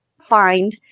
find